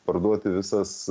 parduoti visas